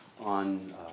on